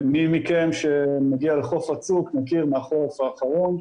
מי מכם שמגיע לחוף הצוק מכיר מהחורף האחרון.